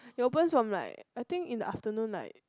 it opens from like I think in the afternoon like